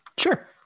Sure